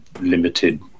limited